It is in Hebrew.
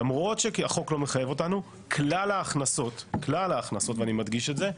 למרות שהחוק לא מחייב אותנו כלל ההכנסות ואני מדגיש את זה,